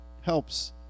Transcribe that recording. helps